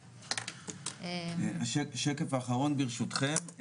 שקף אחרון ברשותכם.